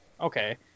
Okay